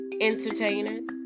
entertainers